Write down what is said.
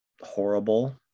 horrible